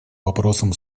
вопросам